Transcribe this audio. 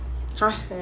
!huh! really